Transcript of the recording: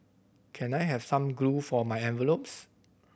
can I have some glue for my envelopes